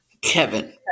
Kevin